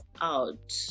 out